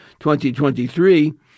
2023